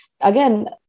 again